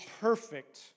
perfect